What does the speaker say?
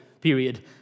period